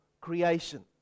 creation